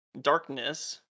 darkness